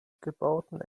gebauten